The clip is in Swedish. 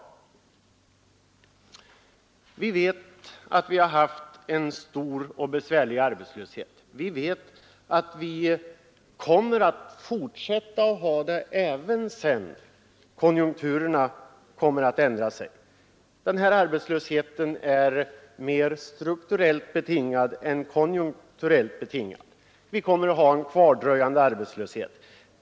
Vi vet att vi haft en stor och besvärlig arbetslöshet. Vi vet att vi kommer att fortsätta att ha det även sedan konjunkturerna ändrats. Den här arbetslösheten är mer strukturellt betingad än konjunkturbetingad. Vi kommer att ha en kvardröjande arbetslöshet.